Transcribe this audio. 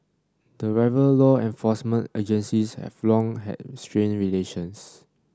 the rival law enforcement agencies have long had strained relations